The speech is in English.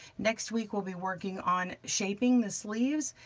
next week, we'll be working on shaping the sleeves,